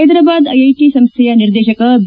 Hyderabad IIT ಸಂಸ್ಥೆಯ ನಿರ್ದೇಶಕ B